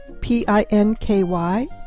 P-I-N-K-Y